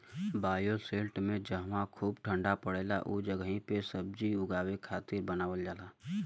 bioshelter में जहवा खूब ठण्डा पड़ेला उ जगही पे फलसब्जी उगावे खातिर बनावल जाला